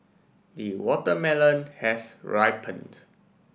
the watermelon has ripened